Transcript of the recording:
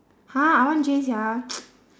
[huh] I want J sia